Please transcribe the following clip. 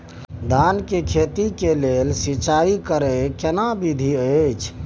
धान के खेती के लेल सिंचाई कैर केना विधी अछि?